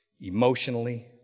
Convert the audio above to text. emotionally